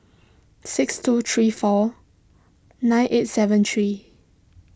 six two three four nine eight seven three